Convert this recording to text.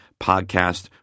podcast